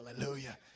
Hallelujah